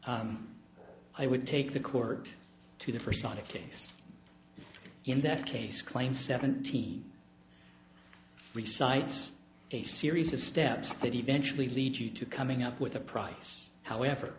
i would take the court to the first on a case in that case claim seventeen recites a series of steps that eventually lead you to coming up with a price however